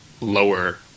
lower